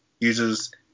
uses